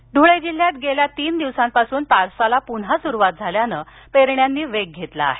पाऊस ध्रळे जिल्ह्यात गेल्या तीन दिवसांपासून पावसाला पुन्हा सुरुवात झाल्यामुळे पेरण्यांनी वेग घेतला आहे